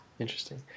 Interesting